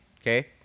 okay